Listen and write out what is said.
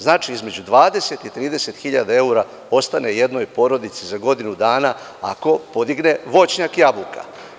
Znači, između 20 i 30 hiljada evra ostane jednoj porodici za godinu dana ako podigne voćnjak jabuka.